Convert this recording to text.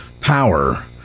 power